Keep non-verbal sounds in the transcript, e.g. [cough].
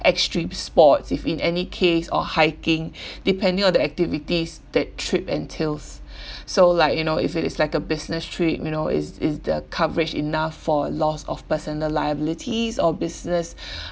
extreme sports if in any case or hiking [breath] depending on the activities that trip entails [breath] so like you know if it is like a business trip you know is is the coverage enough for loss of personal liabilities or business [breath]